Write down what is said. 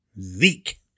Zeke